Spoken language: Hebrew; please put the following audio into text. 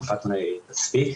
פאטמה תספיק.